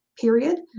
period